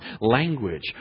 language